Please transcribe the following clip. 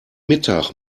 mittag